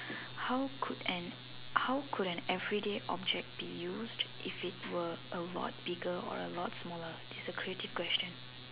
how could an how could an everyday object be used if it were a lot bigger or a lot smaller it's a creative question